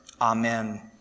Amen